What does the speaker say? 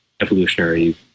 evolutionary